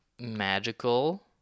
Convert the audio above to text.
magical